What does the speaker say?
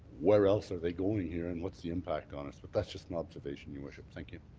where else are they going here and what's the impact on us. but that's just an observation, your worship. thank you.